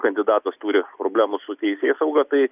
kandidatas turi problemų su teisėsauga tai